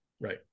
right